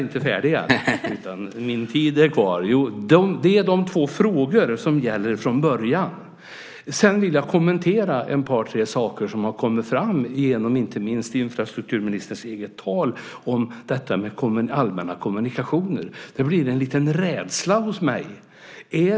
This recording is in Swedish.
Detta är de två frågor som gäller från början. Jag vill också kommentera ett par tre saker som har kommit fram genom inte minst infrastrukturministerns eget tal om detta med allmänna kommunikationer. Det blir en liten rädsla hos mig.